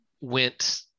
Went